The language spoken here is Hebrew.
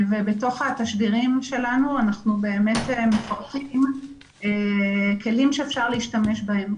בתוך התשדירים שלנו אנחנו מפרטים כלים שאפשר להשתמש בהם,